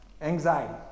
anxiety